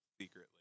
secretly